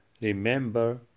remember